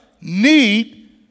need